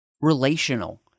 relational